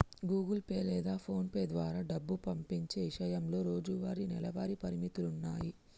Google Pay లేదా PhonePe ద్వారా డబ్బు పంపించే ఇషయంలో రోజువారీ, నెలవారీ పరిమితులున్నాయి